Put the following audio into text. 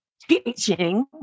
teaching